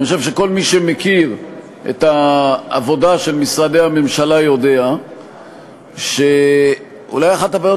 אני חושב שכל מי שמכיר את העבודה של משרדי הממשלה יודע שאולי אחת הבעיות